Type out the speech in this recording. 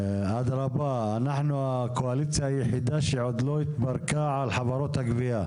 אנחנו הקואליציה היחידה שעוד לא התפרקה על חברות הגבייה.